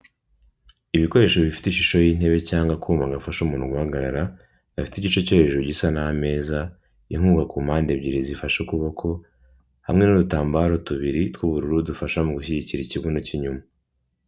Ibikoresho bifite ishusho y'intebe cyangwa akuma gafasha umuntu guhahagarara, gafite igice cyo hejuru gisa n'ameza, inkunga ku mpande ebyiri zifashe ukuboko, hamwe n'udutambaro tubiri tw'ubururu dufasha mu gushyigikira ikibuno k'inyuma.